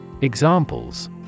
Examples